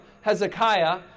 Hezekiah